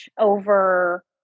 over